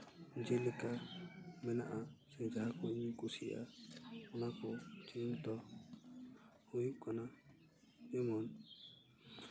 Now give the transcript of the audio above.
ᱡᱮᱞᱮᱠᱟ ᱢᱮᱱᱟᱜᱼᱟ ᱥᱮ ᱡᱟᱦᱟᱸ ᱠᱚ ᱤᱧᱤᱧ ᱠᱩᱥᱤᱭᱟᱜᱼᱟ ᱚᱱᱟ ᱠᱚ ᱪᱮᱱᱮᱞ ᱫᱚ ᱦᱩᱭᱩᱜ ᱠᱟᱱᱟ ᱡᱮᱢᱚᱱ